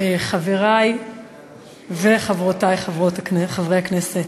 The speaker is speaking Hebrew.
חברי וחברותי חברי הכנסת,